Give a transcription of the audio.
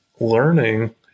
learning